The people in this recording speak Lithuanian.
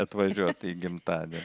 atvažiuotų į gimtadienį